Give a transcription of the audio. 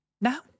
No